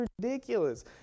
ridiculous